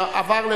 חבר הכנסת רותם,